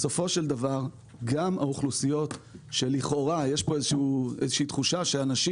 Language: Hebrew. בסופו של דבר גם האוכלוסיות שלכאורה יש כאן איזושהי תחושה שאנשים